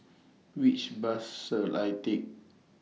Which Bus should I Take